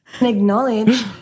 Acknowledge